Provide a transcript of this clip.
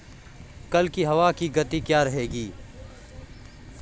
कल की हवा की गति क्या रहेगी?